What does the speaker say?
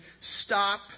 stop